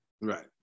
Right